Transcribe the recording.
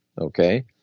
Okay